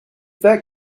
that